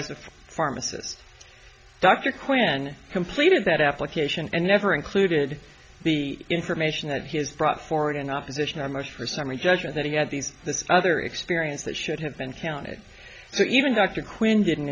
a pharmacist dr quinn completed that application and never included the information that he has brought forward in opposition or much for summary judgment that he had these other experience that should have been counted so even dr quinn didn't